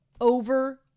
over